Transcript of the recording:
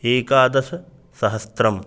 एकादशसहस्रम्